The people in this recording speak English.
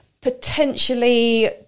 potentially